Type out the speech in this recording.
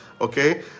Okay